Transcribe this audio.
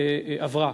עברה.